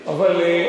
אבל,